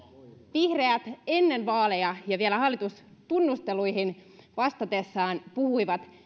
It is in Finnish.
vihreät ennen vaaleja ja vielä hallitustunnusteluihin vastatessaan puhuivat